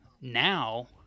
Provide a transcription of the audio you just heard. now